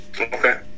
Okay